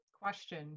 Question